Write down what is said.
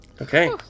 Okay